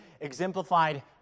exemplified